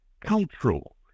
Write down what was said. cultural